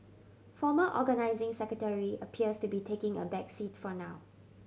former Organising Secretary appears to be taking a back seat for now